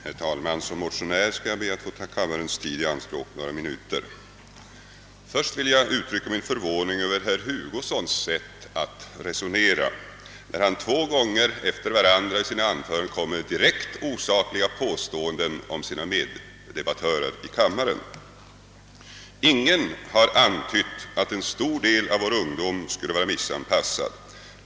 Herr talman! Som motionär skall jag be att få ta kammarens tid in anspråk några minuter. Först vill jag uttrycka min förvåning över herr Hugossons sätt att resonera när han två gånger efter varandra i sina anföranden kommer med direkt osakliga påståenden om sina meddebattörer i kammaren. Ingen har antytt att en stor del av våra ungdomar skulle vara missanpassad.